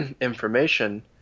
information